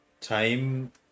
time